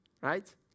Right